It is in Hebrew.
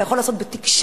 אתה יכול לעשות בתקשורת,